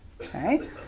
okay